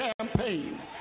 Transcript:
campaign